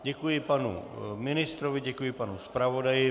Děkuji panu ministrovi, děkuji panu zpravodaji.